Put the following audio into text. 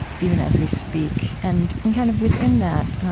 even as we speak. and and kind of within that,